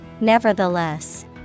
Nevertheless